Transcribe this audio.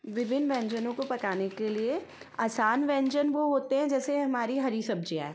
विभिन्न व्यंजनों को पकाने के लिए आसान व्यंजन वो होते हैं जैसे हमारी हरी सब्जियाँ हैं